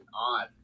odd